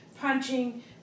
punching